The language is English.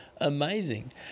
amazing